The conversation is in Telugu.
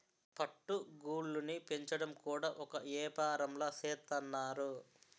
పట్టు గూళ్ళుని పెంచడం కూడా ఒక ఏపారంలా సేత్తన్నారు